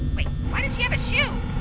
wait, why does she have a shoe?